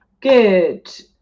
Good